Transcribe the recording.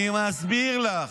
אני אסביר לך.